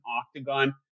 octagon